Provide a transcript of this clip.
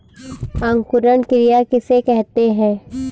अंकुरण क्रिया किसे कहते हैं?